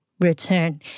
Return